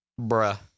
bruh